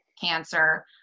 cancer